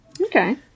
Okay